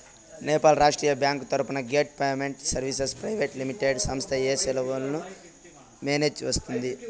నేపాల్ రాష్ట్రీయ బ్యాంకు తరపున gate payment services private limited సంస్థ ఈ సేవలను మేనేజ్ సేస్తుందా?